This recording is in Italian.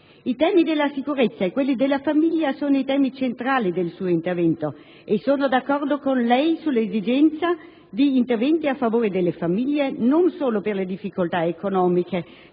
Quelli della sicurezza e della famiglia sono i temi centrali del suo intervento e sono d'accordo con lei sull'esigenza di interventi a favore delle famiglie, non solo per le difficoltà economiche